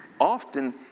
Often